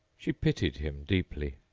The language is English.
she pitied him deeply.